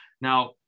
Now